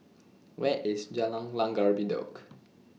Where IS Jalan Langgar Bedok